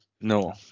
No